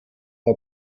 war